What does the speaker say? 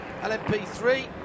LMP3